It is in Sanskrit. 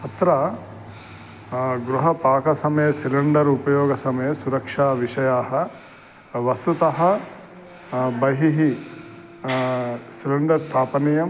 अत्र गृहपाकसमये सिलिन्डर् उपयोगसमये सुरक्षा विषयाः वस्तुतः बहिः सिलिण्डर् स्थापनीयम्